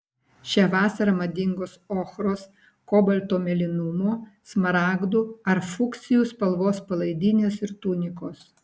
šią vasarą madingos ochros kobalto mėlynumo smaragdų ar fuksijų spalvos palaidinės ir tunikos